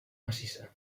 massissa